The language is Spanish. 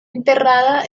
enterrada